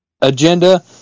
agenda